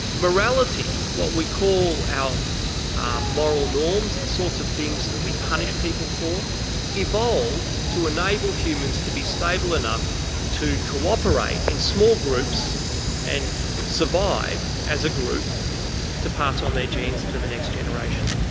morality, what we call our moral norms, the sorts of things that we punish people for evolved to enable humans to be stable enough to co-operate in small groups and survive as a group to pass on their genes to the next generation.